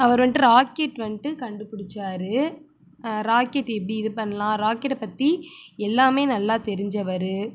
அவர் வந்துட்டு ராக்கெட் வந்துட்டு கண்டுபுடிச்சார் ராக்கெட் எப்படி இது பண்ணலாம் ராக்கெட்டை பற்றி எல்லாமே நல்லா தெரிஞ்சவர்